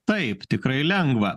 taip tikrai lengva